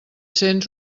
cents